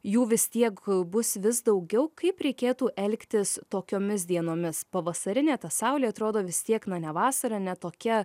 jų vis tiek bus vis daugiau kaip reikėtų elgtis tokiomis dienomis pavasarinė saulė atrodo vis tiek na ne vasara ne tokia